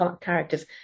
characters